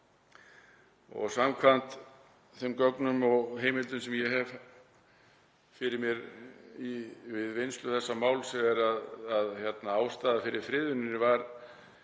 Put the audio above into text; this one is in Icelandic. Samkvæmt þeim gögnum og heimildum sem ég hef fyrir mér við vinnslu þessa máls er ástæðan fyrir friðuninni